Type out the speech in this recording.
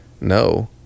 no